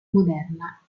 moderna